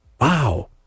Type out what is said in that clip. Wow